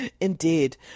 indeed